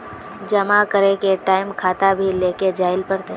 जमा करे के टाइम खाता भी लेके जाइल पड़ते?